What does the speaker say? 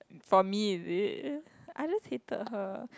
for me it is I just hated her